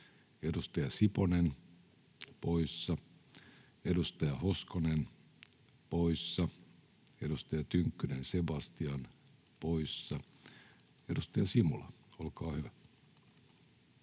edustaja Siponen poissa, edustaja Hoskonen poissa, edustaja Tynkkynen, Sebastian, poissa. — Edustaja Simula, olkaa hyvä.